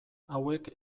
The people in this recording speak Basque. hauek